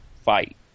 fight